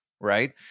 right